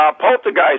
poltergeist